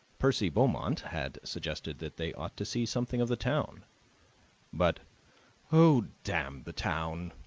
percy beaumont had suggested that they ought to see something of the town but oh, damn the town!